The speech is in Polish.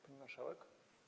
Pani Marszałek!